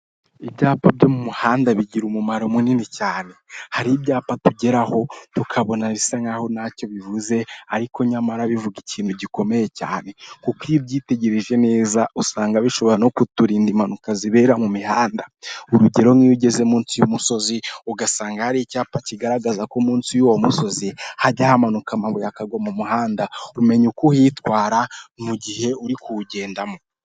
Ibyapa byo mu muhanda bigira umumaro munini cyane. Hari ibyapa tugeraho tukabona bisa nk'aho ntacyo bivuze, ariko nyamara bivuga ikintu gikomeye cyane, kuko iyo byitegereje neza usanga bishobora no kuturinda impanuka zibera mu mihanda. Urugero:Nk'iyo ugeze munsi y'umusozi, ugasanga hari icyapa kigaragaza ko munsi y'uwo musozi hajya hamanuka amabuye akagwa mu muhanda, umenya uko uhitwara mu gihe uri kuwugendamo.